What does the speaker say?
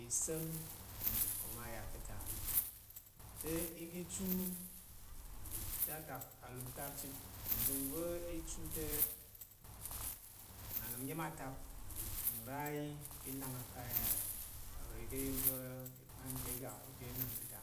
Isa̱m ova ya ka̱ ta. Ɪ ga i chu t uahum tar chit. Nvangva̱ i chu te mma nya̱n atak nra ayi i nang akaya, oga iya̱n va̱ t kpan ki i ga ko te i nang ka̱ ta.